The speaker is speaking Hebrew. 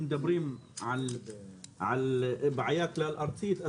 אם מדברים על בעיה כלל ארצית,